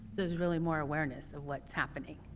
there's really more awareness of what is happening.